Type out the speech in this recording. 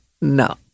no